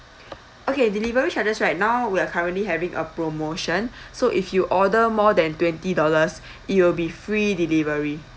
okay delivery charges right now we are currently having a promotion so if you order more than twenty dollars it'll be free delivery